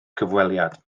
cyfweliad